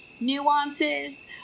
nuances